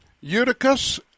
Eutychus